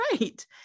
Right